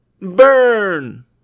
Burn